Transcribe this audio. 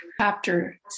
Chapter